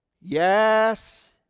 Yes